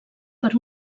per